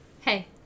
Hey